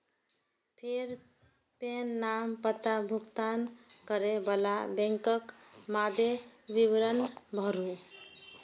फेर पेन, नाम, पता, भुगतान करै बला बैंकक मादे विवरण भरू